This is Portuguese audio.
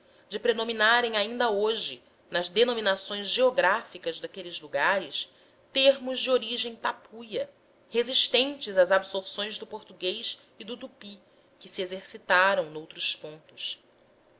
de predominarem ainda hoje nas denominações geográficas daqueles lugares termos de origem tapuia resistentes às absorções do português e do tupi que se exercitaram noutros pontos